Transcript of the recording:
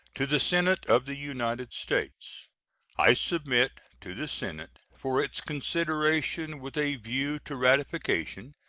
to the senate of the united states i transmit to the senate, for its consideration with a view to ratification,